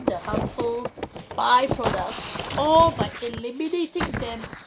the harmful byproduct or by eliminating them